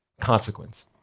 consequence